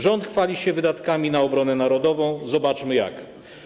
Rząd chwali się wydatkami na obronę narodową, zobaczmy jak.